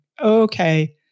okay